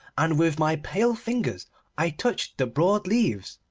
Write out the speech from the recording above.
and with my pale fingers i touched the broad leaves.